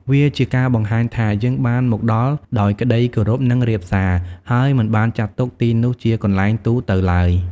វាជាការបង្ហាញថា យើងបានមកដល់ដោយក្តីគោរព និងរាបសា ហើយមិនបានចាត់ទុកទីនោះជាកន្លែងទូទៅឡើយ។